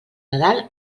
nadal